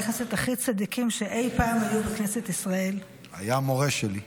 שאי פעם היו בכנסת ישראל, היה מורה שלי.